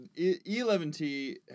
E11T